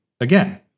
again